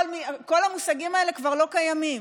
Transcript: כל המושגים האלה כבר לא קיימים.